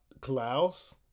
Klaus